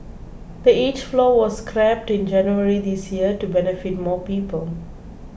the age floor was scrapped in January this year to benefit more people